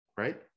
Right